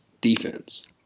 defense